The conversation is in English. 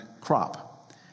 crop